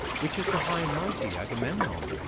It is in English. which is the high and mighty agamemnon?